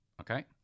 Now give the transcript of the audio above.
Okay